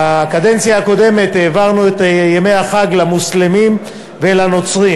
בקדנציה הקודמת העברנו את ימי החג למוסלמים ולנוצרים,